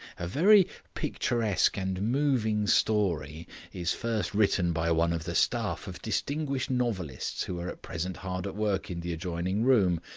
a very picturesque and moving story is first written by one of the staff of distinguished novelists who are at present hard at work in the adjoining room.